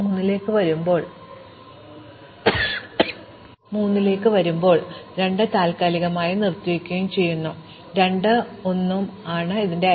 ഇപ്പോൾ ഞങ്ങൾ 3 ലേക്ക് വരുമ്പോൾ അതിൽ 2 അയൽക്കാർ 1 ഉം 2 ഉം ഉണ്ട് എന്നാൽ രണ്ടും ഇതിനകം സന്ദർശിച്ചു